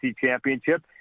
championship